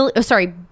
sorry